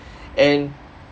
and